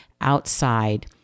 outside